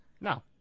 no